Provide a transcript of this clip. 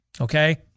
Okay